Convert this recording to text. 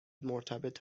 مرتبط